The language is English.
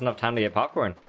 um time the popcorn